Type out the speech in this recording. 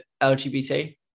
LGBT